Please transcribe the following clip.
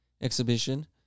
Exhibition